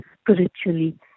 spiritually